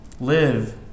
live